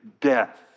death